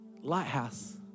lighthouse